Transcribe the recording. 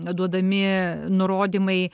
duodami nurodymai